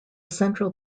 central